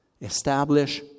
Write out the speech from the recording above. establish